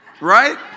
right